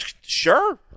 Sure